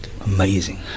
Amazing